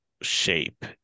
shape